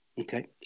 Okay